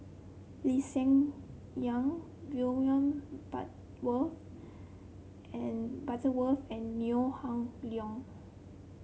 Lee Hsien Yang William and Butterworth and Neo Ah Luan